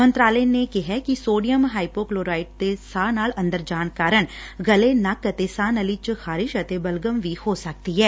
ਮੰਤਰਾਲੇ ਨੇ ਕਿਹਾ ਕਿ ਸੋਡੀਅਮ ਹਾਈਪੋਕਲੋਰਾਈਟ ਦੇ ਸਾਹ ਨਾਲ ਅੰਦਰ ਜਾਣ ਕਾਰਨ ਗਲੇ ਨੱਕ ਅਤੇ ਸਾਹ ਨਲੀ 'ਚ ਖਾਰਿਸ਼ ਬਲਗਮ ਵੀ ਹੋ ਸਕਦੀ ਏ